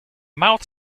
mouth